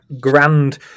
grand